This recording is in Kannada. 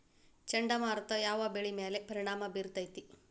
ಚಂಡಮಾರುತ ಯಾವ್ ಬೆಳಿ ಮ್ಯಾಲ್ ಪರಿಣಾಮ ಬಿರತೇತಿ?